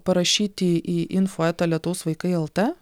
parašyti į info eta lietaus vaikai lt